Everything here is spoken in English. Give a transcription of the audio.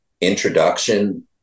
introduction